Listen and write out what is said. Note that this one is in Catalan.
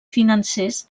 financers